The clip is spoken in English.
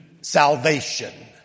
salvation